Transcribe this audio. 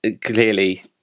clearly